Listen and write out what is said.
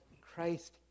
Christ